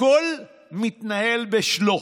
הכול מתנהל בשלוף.